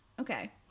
Okay